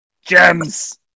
Gems